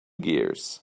gears